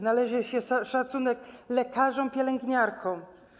Należy się szacunek lekarzom, pielęgniarkom.